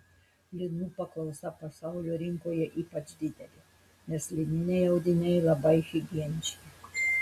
linų paklausa pasaulio rinkoje ypač didelė nes lininiai audiniai labai higieniški